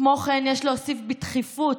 כמו כן, יש להוסיף בדחיפות,